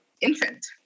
infant